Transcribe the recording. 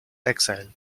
exiled